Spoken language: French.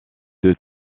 deux